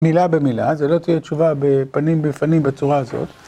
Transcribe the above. מילה במילה, זה לא תהיה תשובה בפנים בפנים בצורה הזאת.